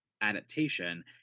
adaptation